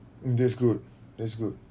that's good that's good